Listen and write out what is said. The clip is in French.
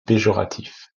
péjoratif